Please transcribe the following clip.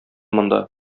монда